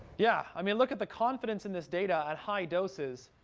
yeah, i mean, look at the confidence in this data at high doses.